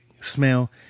smell